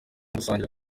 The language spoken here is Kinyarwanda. gusangira